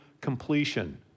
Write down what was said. completion